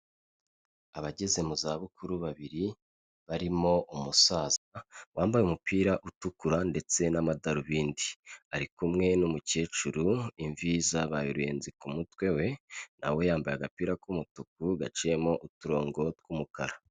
Abageze mu za bukuru babiri barimo umusaza wambaye umupira utukura ndetse n'amadarubindi, ari kumwe n'umukecuru imvi zabaye uruyenze ku mutwe we nawe yambaye agapira k'umutuku gaciyemo uturongo tw'umukara.